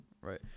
right